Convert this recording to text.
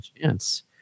chance